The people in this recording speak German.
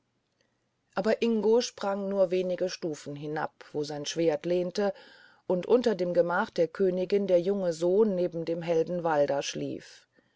aber ingo sprang nur wenige stufen hinab wo sein schwert lehnte und unter dem gemach der königin der junge sohn neben dem helden valda schlief